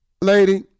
Lady